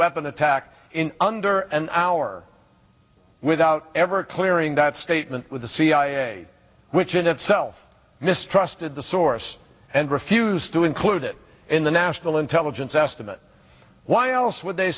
weapon attack in under an hour without ever clearing that statement with the cia which in itself mistrusted the source and refused to include it in the national intelligence estimate why else would they